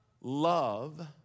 love